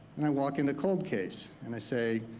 and i walk into cold case and i say,